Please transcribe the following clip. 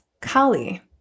Kali